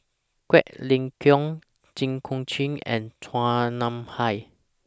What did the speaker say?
Quek Ling Kiong Jit Koon Ch'ng and Chua Nam Hai